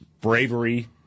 bravery